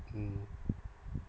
mm